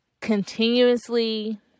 continuously